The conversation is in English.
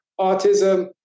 autism